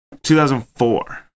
2004